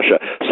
Russia